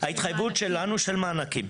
של מענקים.